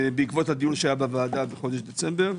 ובעקבות הדיון שהיה בוועדה בחודש דצמבר,